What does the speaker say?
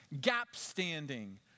gap-standing